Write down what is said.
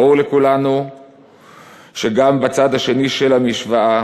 ברור לכולנו שגם בצד השני של המשוואה,